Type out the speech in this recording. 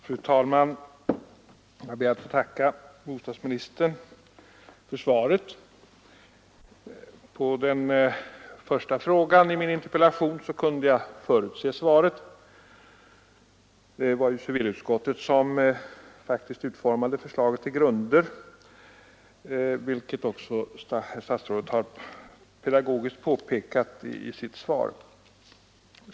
Fru talman! Jag ber att få tacka bostadsministern för svaret. På den första frågan i min interpellation kunde jag förutse svaret. Det var civilutskottet som utformade förslaget till grunder, vilket också herr statsrådet pedagogiskt har påpekat i sitt svar.